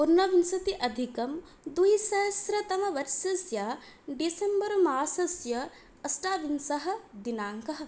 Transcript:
ऊनविंशति अधिकद्विसहस्रतमवर्षस्य डिसेम्बर्मासस्य अष्टाविंशः दिनाङ्कः